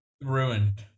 Ruined